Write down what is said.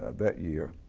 that year,